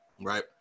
right